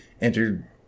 entered